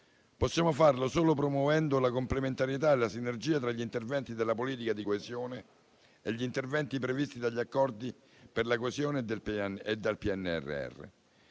Epossiamo farlo solo promuovendo la complementarietà e la sinergia tra gli interventi della politica di coesione e gli interventi previsti dagli accordi per la coesione e dal PNRR.